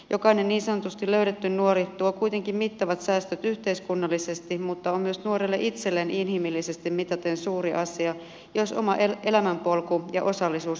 jokainen niin sanotusti löydetty nuori tuo kuitenkin mittavat säästöt yhteiskunnallisesti mutta on myös nuorelle itselleen inhimillisesti mitaten suuri asia jos oma elämänpolku ja osallisuus yhteiskuntaan löytyvät